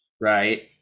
right